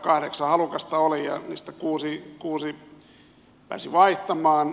kahdeksan halukasta oli ja niistä kuusi pääsi vaihtamaan